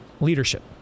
leadership